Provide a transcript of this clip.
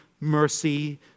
mercy